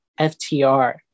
FTR